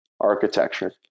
Architecture